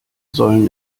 sollen